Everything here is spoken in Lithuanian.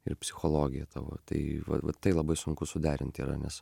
ir psichologija tavo tai va va tai labai sunku suderinti yra nes